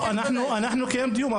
אנחנו נקיים דיון.